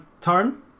turn